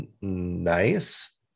nice